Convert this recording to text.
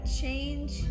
change